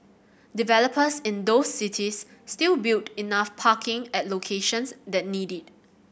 developers in those cities still build enough parking at locations that need it